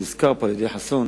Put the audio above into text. כי הזכיר פה חבר הכנסת חסון